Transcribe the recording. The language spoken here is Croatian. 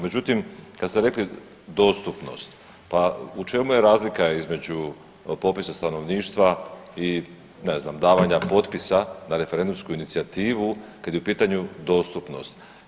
Međutim, kad ste rekli dostupnost, pa u čemu je razlika između popisa stanovništva i ne znam davanja potpisa na referendumsku inicijativu kad je u pitanju dostupnost.